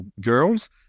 girls